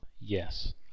Yes